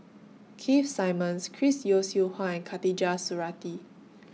Keith Simmons Chris Yeo Siew Hua and Khatijah Surattee